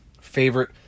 favorite